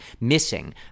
missing